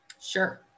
Sure